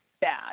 bad